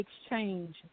exchange